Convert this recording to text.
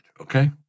okay